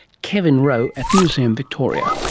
kevin rowe at museum victoria.